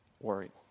worried